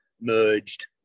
merged